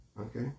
Okay